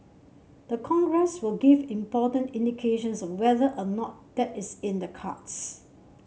the Congress will give important indications of whether or not that is in the cards